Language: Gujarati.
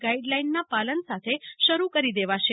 ગાઇડલાઇનના પાલન સાથે શરૂ કરી દેવાશે